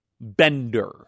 bender